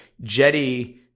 Jetty